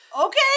Okay